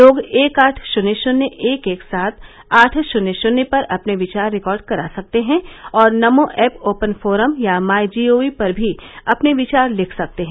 लोग एक आठ शून्य शून्य एक एक सात आठ शून्य शून्य पर अपने विचार रिकॉर्ड करा सकते हैं और नमो ऐप ओपन फोरम या माई जीओवी पर भी अपने विचार लिख सकते हैं